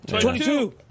Twenty-two